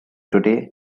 today